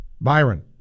Byron